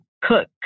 cook